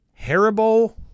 Haribo